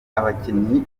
abakinyi